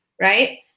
right